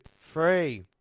three